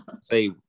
Say